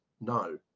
No